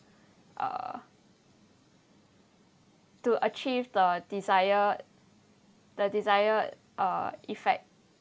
uh to achieve the desired the desired uh effect